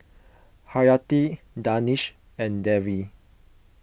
Haryati Danish and Dewi